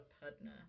partner